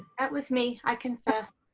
that was me i confess.